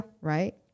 Right